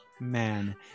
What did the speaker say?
man